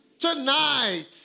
tonight